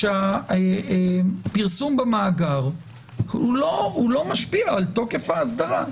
שהפרסום במאגר לא משפיע על תוקף האסדרה.